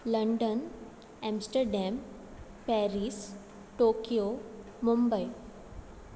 London Amsterdam Paris Tokyo Mumbai